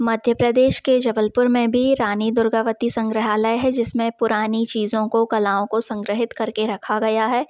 मध्य प्रदेश के जबलपुर में भी रानी दुर्गावती संग्रहालय है जिस में पुरानी चीज़ों को कलाओं को संग्रहित कर के रखा गया है